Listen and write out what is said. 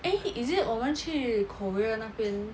eh is it 我们去 korea 那边